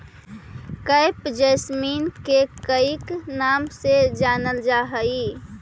crepe jasmine के कईक नाम से जानलजा हइ